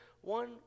one